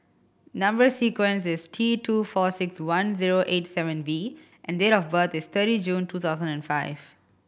number sequence is T two four six one zero eight seven V and date of birth is thirty June two thousand and five